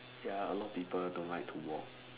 ya a lot of people don't like to walk